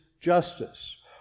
justice